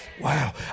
Wow